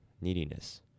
neediness